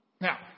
Now